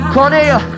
Cornelia